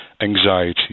anxiety